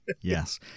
Yes